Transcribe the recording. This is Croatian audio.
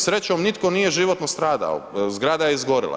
Srećom nitko nije životno stradao, zgrada je izgorjela.